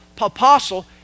apostle